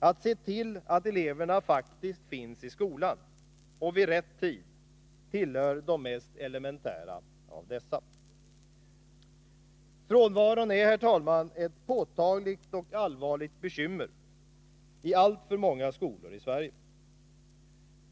Att se till att eleverna faktiskt finns i skolan — och vid rätt tid — tillhör de mest elementära av dessa. Frånvaron är ett påtagligt och allvarligt bekymmer i alltför många skolor.